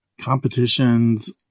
Competitions